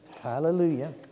Hallelujah